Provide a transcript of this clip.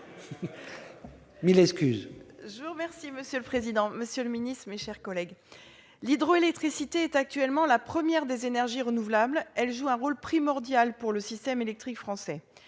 Mme Nadia Sollogoub. Monsieur le président, monsieur le ministre d'État, mes chers collègues, l'hydroélectricité est actuellement la première des énergies renouvelables. Elle joue un rôle primordial pour le système électrique français.